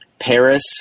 Paris